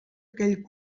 aquell